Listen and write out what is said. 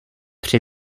při